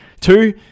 Two